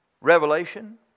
Revelation